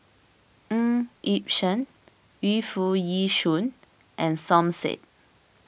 Ng Yi Sheng Yu Foo Yee Shoon and Som Said